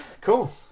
cool